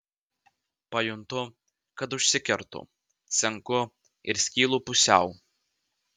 pajuntu kad užsikertu senku ir skylu pusiau